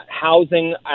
housing